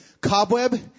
Cobweb